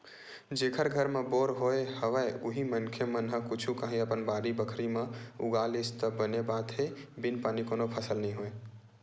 जेखर घर म बोर होय हवय उही मनखे मन ह कुछु काही अपन बाड़ी बखरी म उगा लिस त बने बात हे बिन पानी कोनो फसल नइ होय